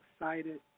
excited